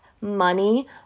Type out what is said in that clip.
money